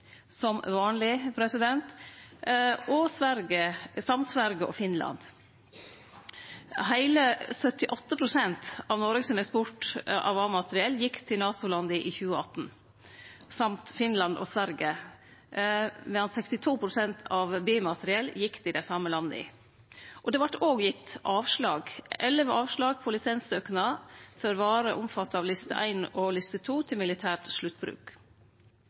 som vanleg, i tillegg til Sverige og Finland. Heile 78 pst. av Noregs eksport av A-materiell gjekk i 2018 til NATO-landa og Finland og Sverige, medan 62 pst. av B-materiellet gjekk til dei same landa. Det vart gitt elleve avslag på lisenssøknader for varer omfatta av liste I og liste II til militært sluttbruk.